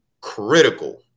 critical